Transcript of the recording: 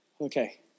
Okay